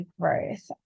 growth